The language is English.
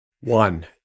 One